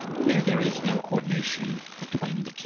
no there is no coordination between the two.